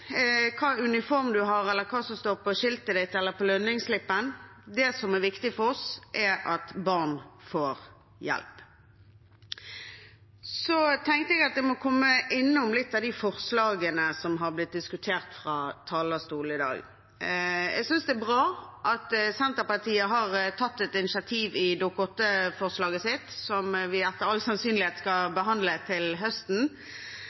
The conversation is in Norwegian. hva slags uniform du har, hva som står på skiltet ditt eller på lønningsslippen. Det som er viktig for oss, er at barn får hjelp. Så må jeg komme litt inn på de forslagene som har blitt diskutert fra talerstolen i dag. Jeg synes det er bra at Senterpartiet har tatt et initiativ i Dokument 8-forslaget sitt, som vi etter all sannsynlighet skal behandle til høsten,